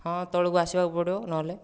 ହଁ ତଳକୁ ଆସିବାକୁ ପଡ଼ିବ ନହେଲେ